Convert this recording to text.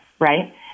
right